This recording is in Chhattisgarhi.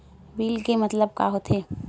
बिल के मतलब का होथे?